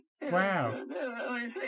Wow